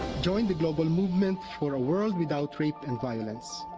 join the global movement for a world without rape and violence.